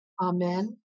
Amen